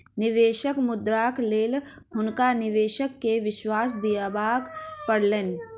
निवेशक मुद्राक लेल हुनका निवेशक के विश्वास दिआबय पड़लैन